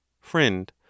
Friend